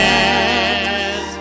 Yes